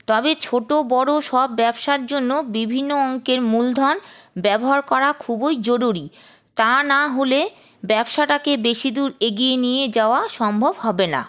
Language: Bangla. তবে ছোট বড় সব ব্যবসার জন্য বিভিন্ন অংকের মূলধন ব্যবহার করা খুবই জরুরি তা না হলে ব্যবসাটাকে বেশি দূর এগিয়ে নিয়ে যাওয়া সম্ভব হবে না